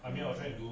um